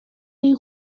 این